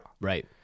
Right